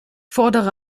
fordere